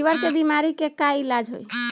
Liver के बीमारी के का इलाज होई?